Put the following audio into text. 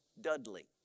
Dudley